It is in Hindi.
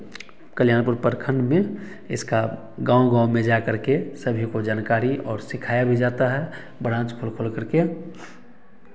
कल्यापुर प्रखंड में इसका गाँव गाँव में जा करके सभी को जानकारी और सिखाया भी जाता है ब्रांच खोल खोल करके